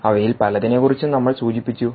അവയിൽ പലതിനെക്കുറിച്ചും നമ്മൾ സൂചിപ്പിച്ചു